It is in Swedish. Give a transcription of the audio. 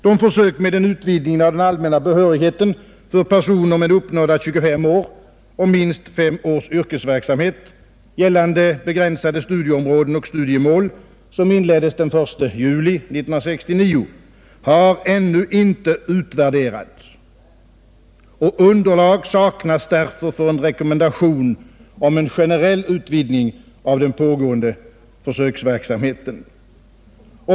De försök med en utvidgning av den allmänna behörigheten för personer med uppnådda tjugofem år och minst fem års yrkesverksamhet, gällande begränsade studieområden och studiemål, som inleddes den 1 juli 1969 har ännu inte utvärderats. Underlag saknas därför för en rekommendation om generell utvidgning av den pågående försöksverksamheten.